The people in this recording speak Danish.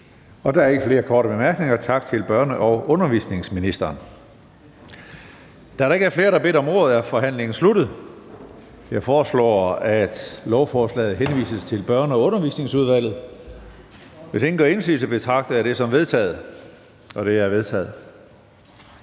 Der er ikke flere korte bemærkninger, så tak til børne- og undervisningsministeren. Da der ikke er flere, der har bedt om ordet, er forhandlingen sluttet. Jeg foreslår, at lovforslaget henvises til Børne- og Undervisningsudvalget. Hvis ingen gør indsigelse, betragter jeg det som vedtaget. Det er vedtaget.